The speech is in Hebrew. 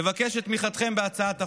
אני מבקש את תמיכתכם בהצעת החוק.